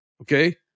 Okay